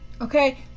Okay